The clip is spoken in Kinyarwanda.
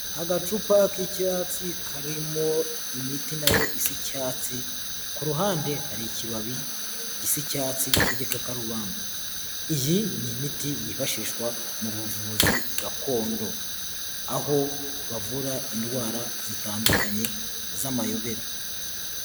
Agacupa k'icyatsi karimo imiti na yo isa icyatsi, ku ruhande hari ikibabi gisa icyatsi k'igikakarubamba, iyi ni imiti yifashishwa mu buvuzi gakondo, aho bavura indwara zitandukanye z'amayobera.